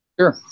Sure